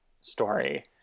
story